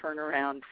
turnaround